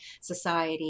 society